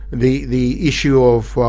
the the issue of